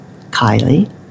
Kylie